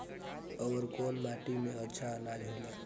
अवर कौन माटी मे अच्छा आनाज होला?